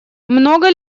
много